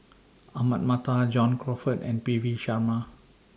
Ahmad Mattar John Crawfurd and P V Sharma